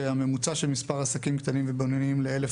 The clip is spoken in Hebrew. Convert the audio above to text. שהממוצע של מספר העסקים הקטנים והבינוניים ל-1,000